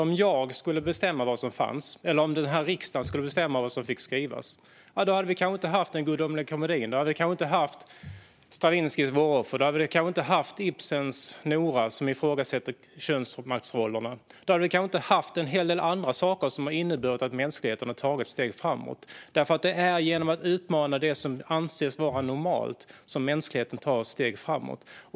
Om jag skulle bestämma vad som fanns, eller om riksdagen skulle bestämma vad som fick skrivas, hade vi kanske inte haft Den gudomliga komedin. Då hade vi kanske inte haft Stravinskys Våroffer. Då hade vi kanske inte haft Ibsens Nora, som ifrågasätter könsmaktsrollerna. Då hade vi kanske inte haft en hel del andra saker som har inneburit att mänskligheten har tagit steg framåt. Det är nämligen genom att utmana det som anses vara normalt som mänskligheten tar steg framåt.